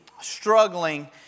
struggling